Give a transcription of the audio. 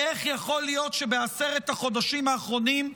איך יכול להיות שבעשרת החודשים האחרונים,